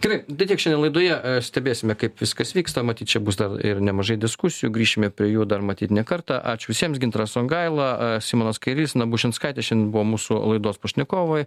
gerai tai tiek šiandien laidoje stebėsime kaip viskas vyksta matyt čia bus ir nemažai diskusijų grįšime prie jų dar matyt ne kartą ačiū visiems gintaras songaila simonas kairys na bušinskaitė šian buvo mūsų laidos pašnekovai